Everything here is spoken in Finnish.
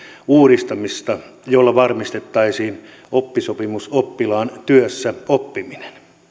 uudistamista jolla varmistettaisiin oppisopimusoppilaan työssäoppiminen